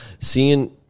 seeing